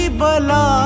bala